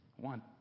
One